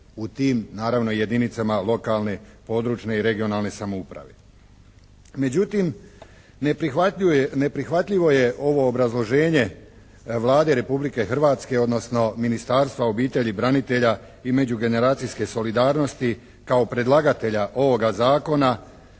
u tim naravno jedinicama lokalne, područne i regionalne samouprave. Međutim, neprihvatljivo je ovo obrazloženje Vlade Republike Hrvatske odnosno Ministarstva obitelji, branitelja i međugeneracijske solidarnosti kao predlagatelja ovoga zakona,